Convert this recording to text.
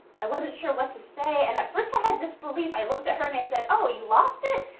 i wasn't sure what to say and at first i had disbelief. i looked at her and i said, oh you lost it?